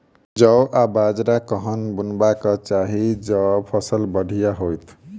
जौ आ बाजरा कखन बुनबाक चाहि जँ फसल बढ़िया होइत?